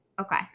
Okay